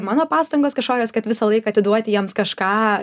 mano pastangos kažkokios kad visą laiką atiduoti jiems kažką